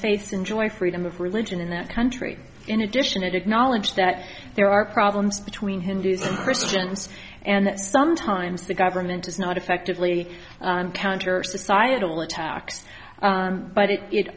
faiths enjoy freedom of religion in that country in addition it acknowledged that there are problems between hindus christians and sometimes the government is not effectively counter societal attacks but it i